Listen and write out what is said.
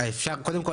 בנגב ובגליל.